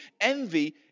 Envy